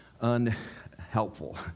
unhelpful